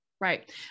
right